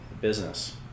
business